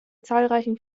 zahlreichen